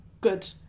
good